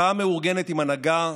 מחאה מאורגנת עם הנהגה,